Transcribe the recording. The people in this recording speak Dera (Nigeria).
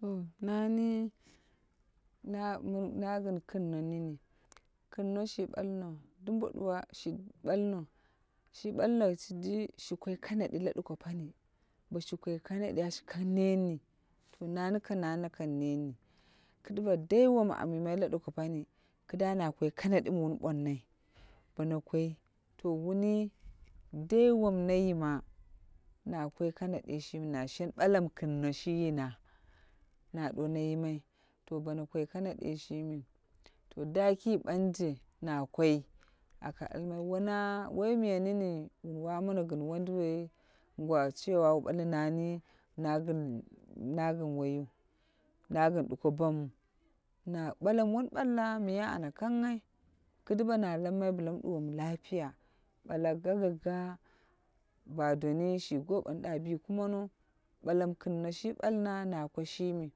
To nani na gin na gin kɨnno nini, kinno shi ɓallo dumbo duwu shi ɓallo shi ɓallo shiji shi kei kanadi la duko pani. Boshi koi kanadi a kang net ni. To nani kam na kang net ni kiduwa dai wom am yimai la duko pani kɨ da na koi kanadi wun ɓonnai bono koi to wuni dai wom na tima na koi kanadi shimi na shen bala mi kinno shi yina na duwono yimai to bono kai kanadi shimi to da ki ɓanje na koi a ka almai wona woi miya nini wun wamono gin wondu woi ingwa cewa wu bale nani na gin woi na gin ɗuko bamwu bala wun balla miyaa na kangai kiduwa na lammai bila mu duwomu lafiya bala gagaga ba doni shi gowom da bi kumono, ɓala mi kimno shi balna na ko shimi